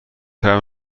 هایم